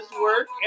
work